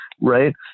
Right